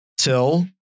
Till